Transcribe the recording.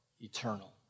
eternal